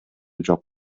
жок